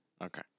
Okay